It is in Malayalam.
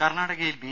കർണാടകയിൽ ബി